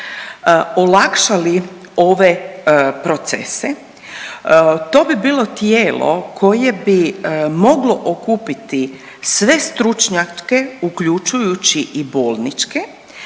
olakšali ove procese. To bi bilo tijelo koje bi moglo okupiti sve stručnjake uključujući i bolničke.